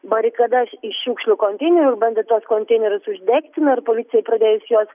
barikadas į šiukšlių konteinerius bandė tuos konteinerius uždegti na ir policijai pradėjus juos